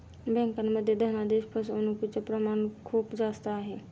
बँकांमध्ये धनादेश फसवणूकचे प्रमाण खूप जास्त आहे